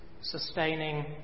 sustaining